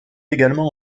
également